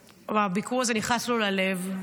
הביקור הזה נכנס לו ללב.